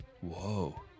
Whoa